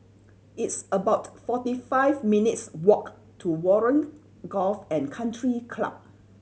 it's about forty five minutes' walk to Warren Golf and Country Club